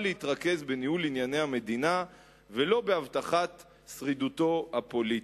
להתרכז בניהול ענייני המדינה ולא בהבטחת שרידותו הפוליטית.